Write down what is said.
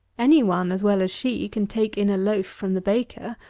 any one as well as she can take in a loaf from the baker,